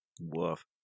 Woof